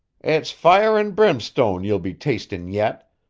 it's fire and brimstone you'll be tasting yet,